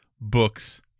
books